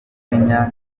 kenya